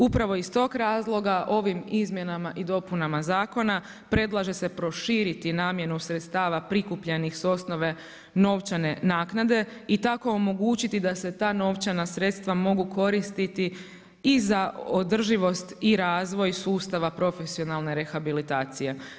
Upravo iz tog razloga ovim izmjenama i dopunama zakona predlaže se proširiti namjenu sredstava prikupljenih sa osnove novčane naknade i tako omogućiti da se ta novčana sredstva mogu koristiti i za održivost i razvoj sustava profesionalne rehabilitacije.